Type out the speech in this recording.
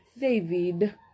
David